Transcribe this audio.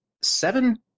seven